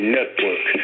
Network